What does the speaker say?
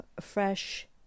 fresh